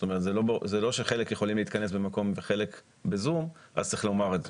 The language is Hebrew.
זה לא שחלק יכולים להתכנס במקום וחלק ב-זום אז צריך לומר את זה.